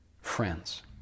friends